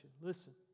Listen